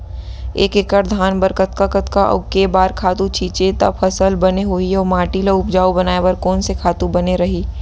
एक एक्कड़ धान बर कतका कतका अऊ के बार खातू छिंचे त फसल बने होही अऊ माटी ल उपजाऊ बनाए बर कोन से खातू बने रही?